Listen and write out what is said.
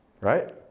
right